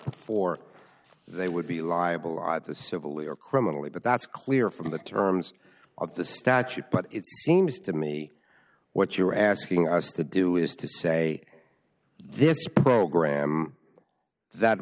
before they would be liable at the civil or criminal but that's clear from the terms of the statute but it seems to me what you're asking us to do is to say this program that